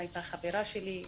היא הייתה חברה שלי,